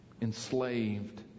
enslaved